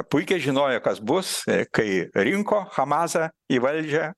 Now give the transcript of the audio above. puikiai žinojo kas bus kai rinko hamazą į valdžią